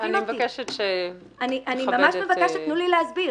אני ממש מבקשת, תנו לי להסביר.